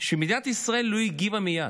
שמדינת ישראל לא הגיבה מייד.